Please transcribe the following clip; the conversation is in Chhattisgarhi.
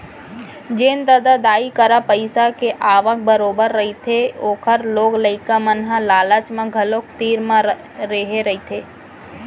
जेन ददा दाई करा पइसा के आवक बरोबर रहिथे ओखर लोग लइका मन ह लालच म घलोक तीर म रेहे रहिथे